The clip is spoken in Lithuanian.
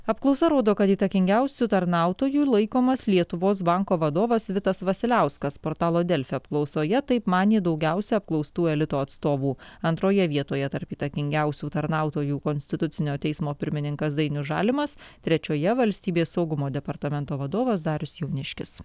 apklausa rodo kad įtakingiausiu tarnautoju laikomas lietuvos banko vadovas vitas vasiliauskas portalo delfi apklausoje taip manė daugiausiai apklaustų elito atstovų antroje vietoje tarp įtakingiausių tarnautojų konstitucinio teismo pirmininkas dainius žalimas trečioje valstybės saugumo departamento vadovas darius jauniškis